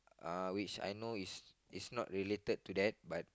uh which I know is is not related to that but